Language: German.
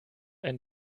ein